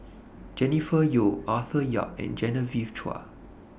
Jennifer Yeo Arthur Yap and Genevieve Chua